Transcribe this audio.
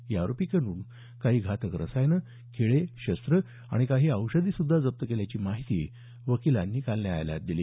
या आरोपींकडून काही घातक रसायनं खिळे शस्त्रे आणि काही औषधीसुद्धा जप्त केल्याची माहिती वकिलांनी काल न्यायालयात दिली